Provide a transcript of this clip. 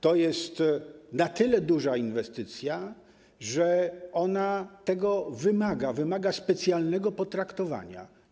To jest na tyle duża inwestycja, że ona tego wymaga, wymaga specjalnego potraktowania.